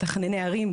מתכנני ערים,